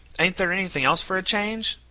ain't there anything else for a change?